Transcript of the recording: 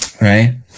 Right